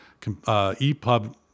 EPUB